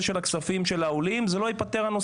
נושא הכספים של העולים הנושא לא ייפתר,